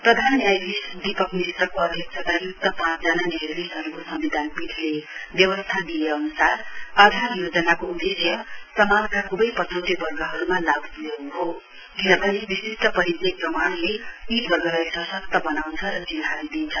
प्रधान न्यायाधीश दीपक मिश्रको अध्यक्षताय्क्त पाँचजना न्यायाधीशहरूलाई सम्विधान पीठले व्यवस्थता दिए अन्सार आधार योजनाको उदेश्य समाजका ख्बै पछौटे वर्गहरूमा लाभ प्र्याउन् हो किनभने विशिष्ट परिचय प्रमाणले यी वर्गलाई सश्कत बनाउंछ र चिन्हारी दिन्छ